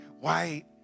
white